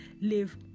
live